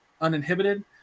Uninhibited